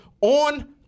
on